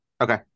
Okay